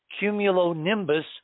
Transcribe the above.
cumulonimbus